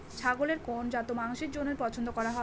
ছাগলের কোন জাত মাংসের জন্য পছন্দ করা হয়?